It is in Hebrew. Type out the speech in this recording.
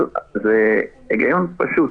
אבל זה היגיון פשוט,